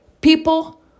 People